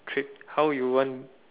treat how you want